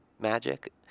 magic